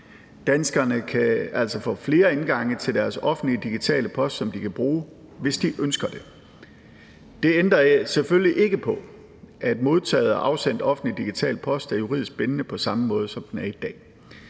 Danskerne kan altså få flere indgange til deres offentlige digitale post, som de kan bruge, hvis de ønsker det. Det ændrer selvfølgelig ikke på, at modtaget og afsendt offentlig digital post er juridisk bindende på samme måde, som den er i dag.